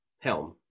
Helm